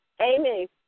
Amy